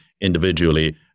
individually